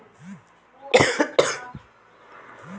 অনলাইনে যেকোনো বিল কিভাবে জমা দেওয়া হয়?